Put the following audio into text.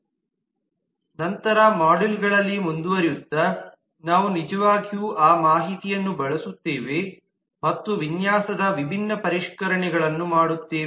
ನಂತರದ ಮಾಡ್ಯೂಲ್ಗಳಲ್ಲಿ ಮುಂದುವರಿಯುತ್ತಾ ನಾವು ನಿಜವಾಗಿಯೂ ಆ ಮಾಹಿತಿಯನ್ನು ಬಳಸುತ್ತೇವೆ ಮತ್ತು ವಿನ್ಯಾಸದ ವಿಭಿನ್ನ ಪರಿಷ್ಕರಣೆಗಳನ್ನು ಮಾಡುತ್ತೇವೆ